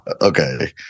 okay